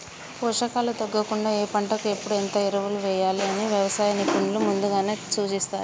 పోషకాలు తగ్గకుండా ఏ పంటకు ఎప్పుడు ఎంత ఎరువులు వేయాలి అని వ్యవసాయ నిపుణులు ముందుగానే సూచిస్తారు